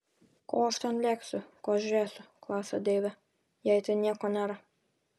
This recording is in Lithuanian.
ko aš ten lėksiu ko žiūrėsiu klausia deivė jei ten nieko nėra